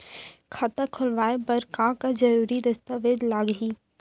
खाता खोलवाय बर का का जरूरी दस्तावेज लागही?